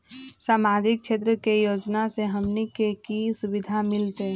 सामाजिक क्षेत्र के योजना से हमनी के की सुविधा मिलतै?